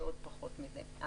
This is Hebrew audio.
ועוד פחות מזה.